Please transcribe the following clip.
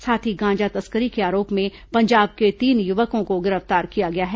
साथ ही गांजा तस्करी के आरोप में पंजाब के तीन युवकों को गिरफ्तार किया गया है